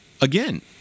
Again